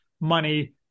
money